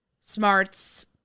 smarts